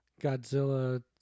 Godzilla